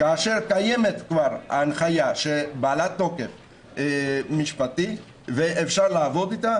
כאשר קיימת כבר ההנחיה בעלת תוקף משפטי ואפשר לעבוד איתה.